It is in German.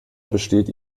besteht